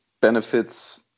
benefits